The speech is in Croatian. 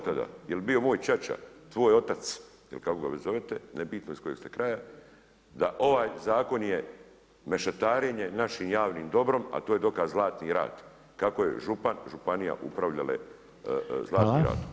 Je li bio moj ćaća, tvoj otac ili kako ga već zovete, nebitno iz kojeg ste kraja, da ovaj zakon je mešetarenje našim javnim dobro, a to je dokaz Zlatni rat, kako je župan, županija upravljale Zlatnim ratom.